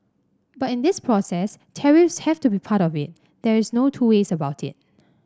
but in this process tariffs have to be part of it there's no two ways about it